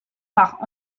par